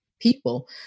people